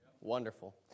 Wonderful